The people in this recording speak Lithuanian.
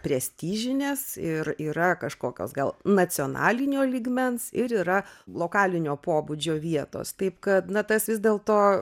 prestižinės ir yra kažkokios gal nacionalinio lygmens ir yra lokalinio pobūdžio vietos taip kad na tas vis dėl to